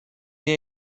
mir